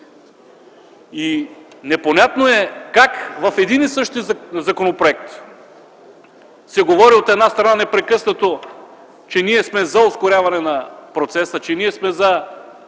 Непонятно е как в един и същи законопроект се говори, от една страна, непрекъснато, че ние сме за ускоряване на процеса, че ние сме за